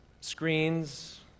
screens